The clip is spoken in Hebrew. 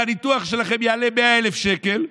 הניתוח שלכם יעלה 100,000 שקל,